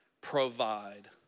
provide